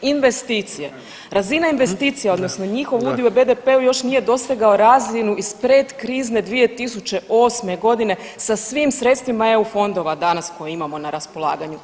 Investicije, razina investicija odnosno njihov udio u BDP-u još nije dosegao razinu iz pretkrizne 2008. godine sa svim sredstvima EU fondova danas koje imamo na raspolaganju.